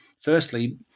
firstly